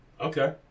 okay